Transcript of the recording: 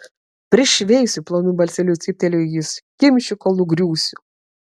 prišveisiu plonu balseliu cyptelėjo jis kimšiu kol nugriūsiu